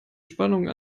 spannung